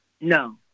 No